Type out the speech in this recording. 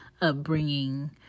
upbringing